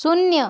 शून्य